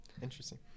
interesting